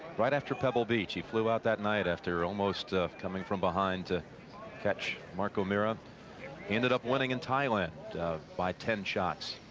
right after pebble beach. he flew out that night. after almost of coming from behind to catch marke mera ended up winning in thailand by ten shots.